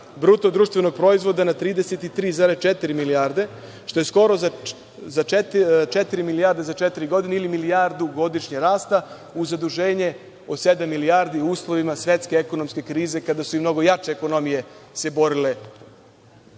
je nastavila rast BDP na 33,4 milijarde, što je skoro za 4 milijarde za četiri godine ili milijardu godišnje rasta uz zaduženje od sedam milijardi u uslovima svetske ekonomske krize kada su i mnogo jače ekonomije se borile